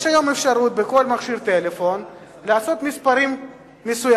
יש היום אפשרות בכל מכשיר פלאפון לבחור מספרים מסוימים,